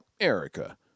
Erica